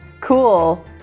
Cool